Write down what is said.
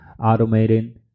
automating